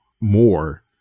more